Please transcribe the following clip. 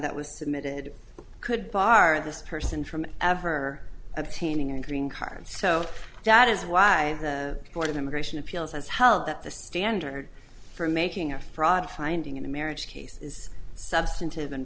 that was submitted could bar this person from ever obtaining a green card so that is why the board of immigration appeals has held that the standard for making a fraud finding in a marriage case is substantive